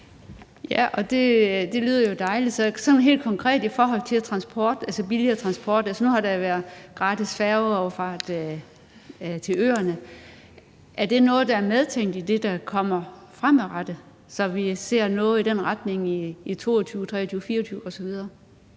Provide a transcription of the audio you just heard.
Så vil jeg høre om en ting sådan helt konkret i forhold til transport, altså billigere transport. Altså, nu har der været gratis færgeoverfart til øerne. Er det noget, der er medtænkt i det, der kommer fremadrettet, så vi ser noget i den retning i 2022, 2023 og 2024 osv.?